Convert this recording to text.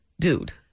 dude